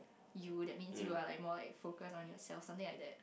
you that means you are like more like focus on yourself something like that